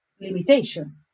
limitation